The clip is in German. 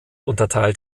unterteilt